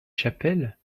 chapelle